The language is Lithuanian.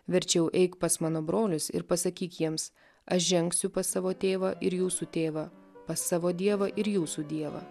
verčiau eik pas mano brolius ir pasakyk jiems aš žengsiu pas savo tėvą ir jūsų tėvą pas savo dievą ir jūsų dievą